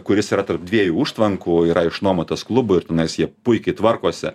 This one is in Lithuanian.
kuris yra tarp dviejų užtvankų yra išnuomotas klubui ir tenais jie puikiai tvarkosi